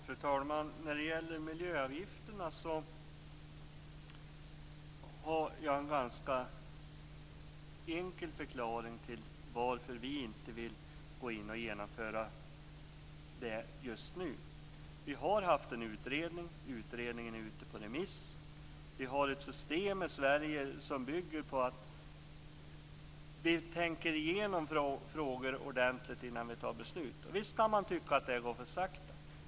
Fru talman! När det gäller miljöavgifterna har jag en ganska enkel förklaring till varför vi inte vill genomföra det just nu. Vi har haft en utredning. Utredningen är ute på remiss. Vi har ett system i Sverige som bygger på att vi tänker igenom frågor ordentligt innan vi fattar beslut. Visst kan man tycka att det går för sakta.